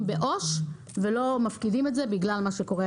בעו"ש ולא מפקידים את זה בגלל מה שקורה.